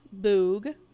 Boog